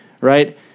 right